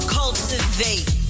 Cultivate